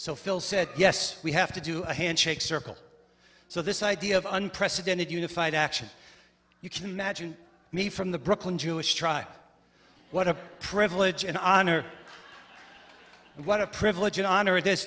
phil said yes we have to do a handshake circle so this idea of unprecedented unified action you can imagine me from the brooklyn jewish try what a privilege and honor what a privilege and honor it is